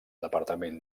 departament